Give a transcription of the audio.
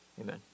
Amen